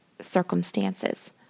circumstances